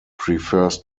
prefers